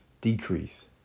decrease